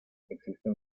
existen